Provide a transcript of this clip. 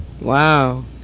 Wow